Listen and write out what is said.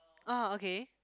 ah okay